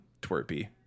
twerpy